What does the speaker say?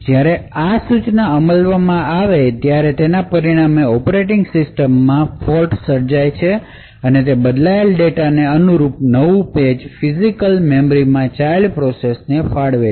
જ્યારે તે સૂચના અમલમાં આવે ત્યારે તેના પરિણામે ઑપરેટિંગ સિસ્ટમ માં ફોલ્ટ સર્જાય છે અને તે બદલાયેલા ડેટાને અનુરૂપ નવું પેજ ફિજિકલ મેમરીમાં ચાઇલ્ડ પ્રોસેસ ને ફાળવશે